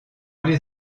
les